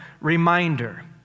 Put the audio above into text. reminder